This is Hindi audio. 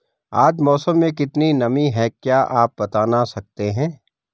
आज मौसम में कितनी नमी है क्या आप बताना सकते हैं?